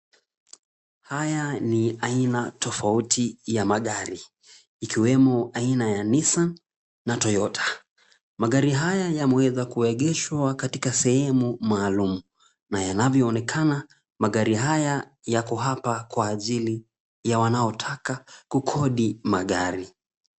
Haya ni aina tofauti ya magari ikiwemo aina ya nissan na toyota. Magari haya yameweza kuegeshwa katika sehemu maalumu na yanavyoonekana magari haya yako hapa kwa ajili ya wanaotaka kukodi magari.